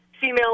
female